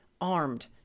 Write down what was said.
armed